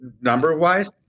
number-wise